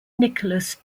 nicholas